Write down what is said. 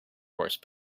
horse